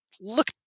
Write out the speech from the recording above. look